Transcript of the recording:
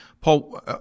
Paul